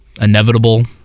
inevitable